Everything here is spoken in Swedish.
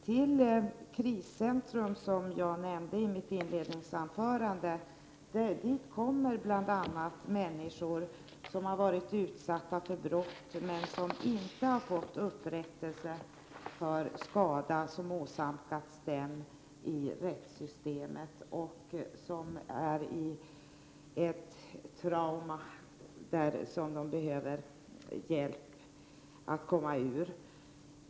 Till Kriscentrum, som jag nämnde i mitt inledningsanförande, kommer bl.a. människor som har varit utsatta för brott men som inte har fått upprättelse för skadan som åsamkats dem i rättssystemet och som är i ett trauma som de behöver hjälp att komma ur.